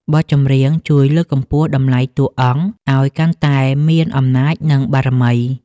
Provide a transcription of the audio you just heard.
បទចម្រៀងជួយលើកកម្ពស់តម្លៃតួអង្គ ឱ្យកាន់តែមានអំណាច និងបារមី។